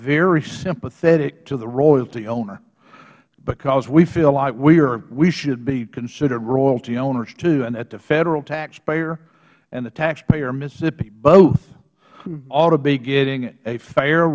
very sympathetic to the royalty owner because we feel like we are we should be considered royalty owners too and that the federal taxpayer and the taxpayer in mississippi both ought to be getting a fair